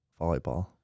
volleyball